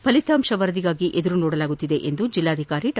ಫಲಿತಾಂಶ ವರದಿಗಾಗಿ ಎದುರು ನೋಡಲಾಗುತ್ತಿದೆ ಎಂದು ಜಿಲ್ಲಾಧಿಕಾರಿ ಡಾ